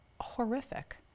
horrific